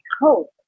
hope